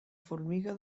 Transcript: formiga